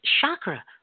chakra